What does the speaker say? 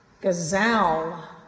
gazelle